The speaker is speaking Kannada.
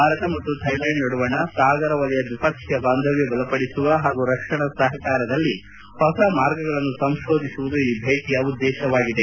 ಭಾರತ ಮತ್ತು ಥೈಲ್ಡಾಂಡ್ ನಡುವಣ ಸಾಗರ ವಲಯ ದ್ವಿಪಕ್ಷೀಯ ಬಾಂಧವ್ದ ಬಲಪಡಿಸುವ ಹಾಗೂ ರಕ್ಷಣಾ ಸಪಕಾರದಲ್ಲಿ ಹೊಸ ಮಾರ್ಗಗಳನ್ನು ಸಂಶೋಧಿಸುವುದು ಈ ಭೇಟಿಯ ಉದ್ದೇಶವಾಗಿದೆ